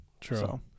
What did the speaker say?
True